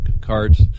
cards